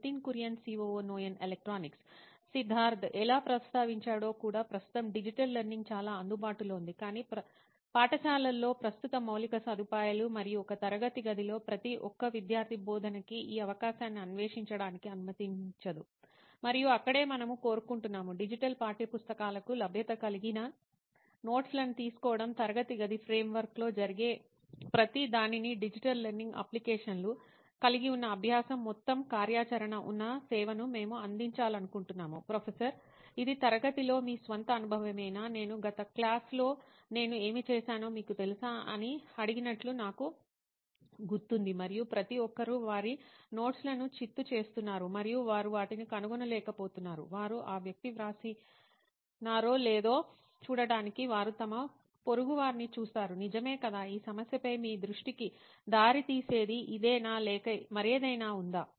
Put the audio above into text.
Nitin Kurian COO నోయిన్ electronics Siddharth ఎలా ప్రస్తావించాడో కూడా ప్రస్తుతం డిజిటల్ లెర్నింగ్ చాలా అందుబాటులో ఉంది కాని పాఠశాలల్లో ప్రస్తుత మౌలిక సదుపాయాలు మరియు ఒక తరగతి గదిలో ప్రతి ఒక్క విద్యార్ధి బోధనకి ఈ అవకాశాన్ని అన్వేషించడానికి అనుమతించదు మరియు అక్కడే మనము కోరుకుంటున్నాము డిజిటల్ పాఠ్యపుస్తకాలకు లభ్యత కలిగిన నోట్స్ లను తీసుకోవడం తరగతి గది ఫ్రేమ్వర్క్ లో జరిగే ప్రతిదానిని డిజిటల్ లెర్నింగ్ అప్లికేషన్లు కలిగి ఉన్న అభ్యాసం మొత్తం కార్యాచరణ ఉన్న సేవను మేము అందించాలనుకుంటున్నాము ప్రొఫెసర్ ఇది తరగతిలో మీ స్వంత అనుభవమేనా నేను గత క్లాస్ లో నేను ఏమి చేశానో మీకు తెలుసా అని అడిగినట్లు నాకు గుర్తుంది మరియు ప్రతి ఒక్కరూ వారి నోట్స్ లను చిత్తు చేస్తున్నారు మరియు వారు వాటిని కనుగొనలేక పోతున్నావు వారు ఆ వ్యక్తి వ్రాసినారో లేదో చూడటానికి వారు తమ పొరుగు వారిని చూస్తారు నిజమేకదా ఈ సమస్యపై మీ దృష్టికి దారితీసేది ఇదేనా లేక మరేదైనా ఉందా